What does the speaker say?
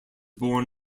born